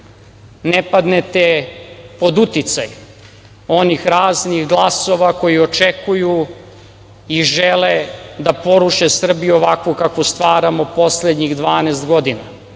ne padnete pod uticaj onih raznih glasova koji očekuju i žele da poruše Srbiju ovakvu kakvu stvaramo poslednjih 12 godina.